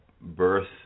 birth